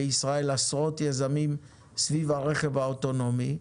בישראל עשרות יזמים סביב הרכב האוטונומי,